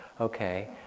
Okay